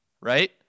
right